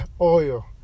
oil